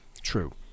True